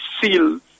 seals